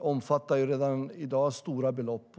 omfattar redan stora belopp.